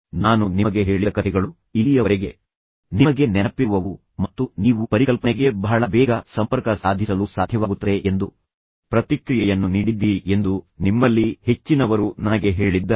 ನಾನು ನಿಮಗೆ ಹೇಳಿದ ಕಥೆಗಳು ಇಲ್ಲಿಯವರೆಗೆ ನಿಮಗೆ ನೆನಪಿರುವವು ಮತ್ತು ನೀವು ಪರಿಕಲ್ಪನೆಗೆ ಬಹಳ ಬೇಗ ಸಂಪರ್ಕ ಸಾಧಿಸಲು ಸಾಧ್ಯವಾಗುತ್ತದೆ ಎಂದು ಪ್ರತಿಕ್ರಿಯೆಯನ್ನು ನೀಡಿದ್ದೀರಿ ಎಂದು ನಿಮ್ಮಲ್ಲಿ ಹೆಚ್ಚಿನವರು ನನಗೆ ಹೇಳಿದ್ದಾರೆ